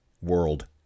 world